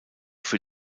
für